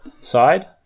side